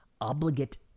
obligate